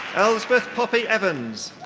elspeth poppy evans.